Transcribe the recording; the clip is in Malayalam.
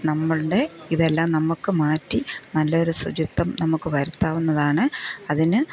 നമ്മളുടെ ഇതെല്ലാം നമുക്ക് മാറ്റി നല്ലൊരു ശുചിത്വം നമുക്ക് വരുത്താവുന്നതാണ് അതിന്